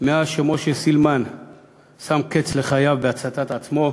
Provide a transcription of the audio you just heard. מאז שם משה סילמן קץ לחייו בהצתת עצמו,